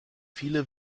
viele